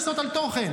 צה"ל.